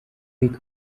luc